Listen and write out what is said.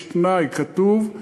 יש תנאי כתוב,